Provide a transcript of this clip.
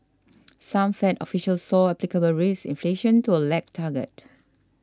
some Fed officials saw applicable risk inflation to a lag target